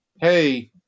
hey